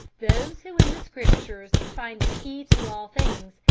those who in the scriptures find a key to all things,